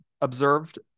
observed